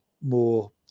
more